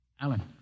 Alan